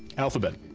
alphabet.